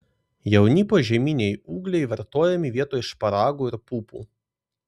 jauni požeminiai ūgliai vartojami vietoj šparagų ir pupų